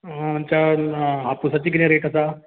आमच्या आपुसाची कितें रेट आसा